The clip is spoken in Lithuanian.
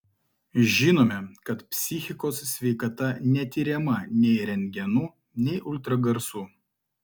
žinome kad psichikos sveikata netiriama nei rentgenu nei ultragarsu